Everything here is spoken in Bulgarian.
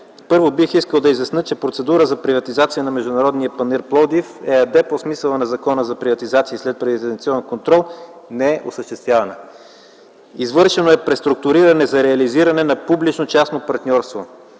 Първо, бих искал да изясня, че процедура за приватизация на „Международен панаир – Пловдив” ЕАД по смисъла на Закона за приватизация и следприватизационен контрол не е осъществявана. Извършено е преструктуриране за реализиране на публично-частно партньорство.